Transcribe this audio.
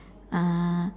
uh